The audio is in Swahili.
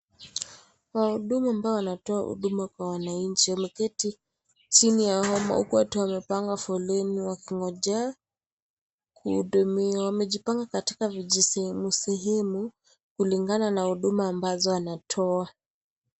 Wahudumu ambao wanatoa huduma kwa wananchi wameketi chini ya hema huku watu wamepanga foleni wakingojea kuhudumiwa. Wamejipanga katika vijisehemu sehemu kulingana na huduma ambazo wanatoa.